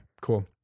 cool